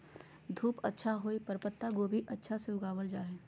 धूप अच्छा होवय पर पत्ता गोभी अच्छा से उगावल जा हय